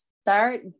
start